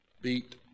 beat